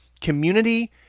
community